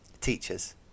Teachers